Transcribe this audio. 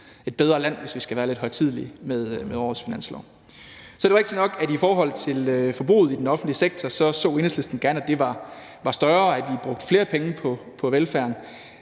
et bedre land – hvis vi skal være lidt højtidelige – med årets finanslov. Så er det jo rigtigt nok, at Enhedslisten i forhold til forbruget i den offentlige sektor gerne så, at det var større, og at vi brugte flere penge på velfærden.